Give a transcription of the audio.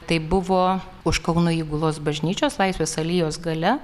tai buvo už kauno įgulos bažnyčios laisvės alėjos gale